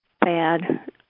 bad